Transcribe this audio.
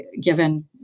given